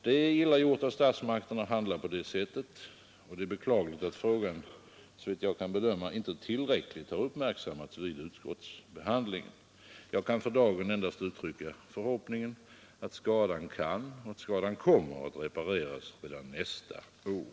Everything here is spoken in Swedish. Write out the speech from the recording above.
Det är illa gjort av statsmakterna att handla på detta sätt — och det är beklagligt att frågan, såvitt jag kan bedöma, inte tillräckligt uppmärksammats vid utskottsbehandlingen. Jag kan för dagen endast uttrycka förhoppningen att skadan kan och kommer att repareras redan nästa år.